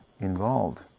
involved